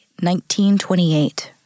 1928